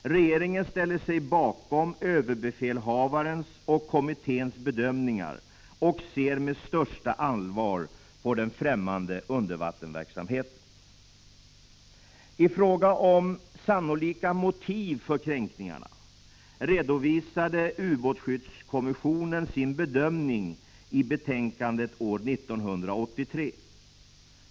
Regeringen ställer sig bakom överbefälhavarens och kommitténs bedömningar och ser med största allvar på den främmande undervattensverksamheten. I fråga om sannolika motiv för kränkningarna redovisade ubåtsskyddskommissionen sin bedömning i betänkandet år 1983.